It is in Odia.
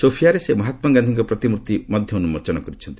ସୋଫିଆରେ ସେ ମହାତ୍ମା ଗାନ୍ଧିଙ୍କ ପ୍ରତିମ୍ଭର୍ତ୍ତି ମଧ୍ୟ ଉନ୍କୋଚନ କରିଛନ୍ତି